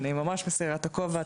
אני ממש מסירה את הכובע,